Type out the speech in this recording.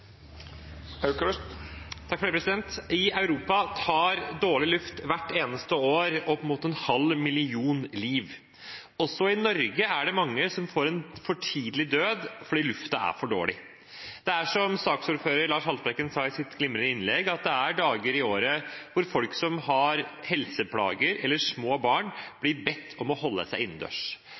halv million liv. Også i Norge er det mange som får en for tidlig død fordi luften er for dårlig. Det er som saksordfører Lars Haltbrekken sa i sitt glimrende innlegg, at det er dager i året da folk som har helseplager, eller små barn, blir bedt om å holde seg innendørs.